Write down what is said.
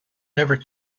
never